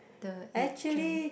the agent